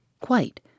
Quite